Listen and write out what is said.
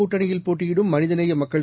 கூட்டணியில் போட்டியிடும் மனிதநேயமக்கள்